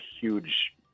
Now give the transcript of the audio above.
huge